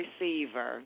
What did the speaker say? receiver